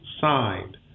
signed